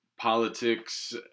politics